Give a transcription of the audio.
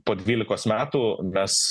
po dvylikos metų mes